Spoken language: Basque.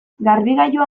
garbigailua